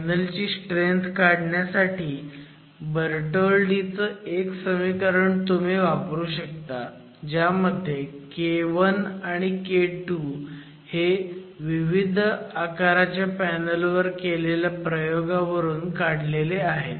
panel ची strength काढण्यासाठी Bertoldi चं एक समीकरण तुम्ही वापरू शकता ज्यामध्ये K1आणि K2 हे विविध आकाराच्या पॅनल वर केलेल्या प्रयोगावरून काढलेले आहेत